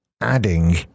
adding